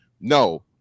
No